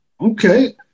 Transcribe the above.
Okay